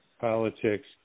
politics